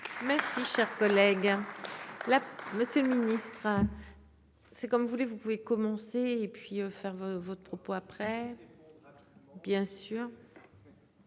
Merci cher collègue. Là, Monsieur le Ministre. C'est comme vous voulez, vous pouvez commencer et puis faire votre propos. Après. Bien sûr.